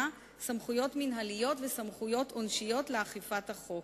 סמכויות מינהליות וסמכויות עונשיות לאכיפת החוק.